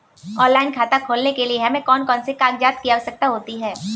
Online खाता खोलने के लिए हमें कौन कौन से कागजात की आवश्यकता होती है?